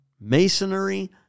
Masonry